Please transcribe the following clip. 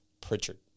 Pritchard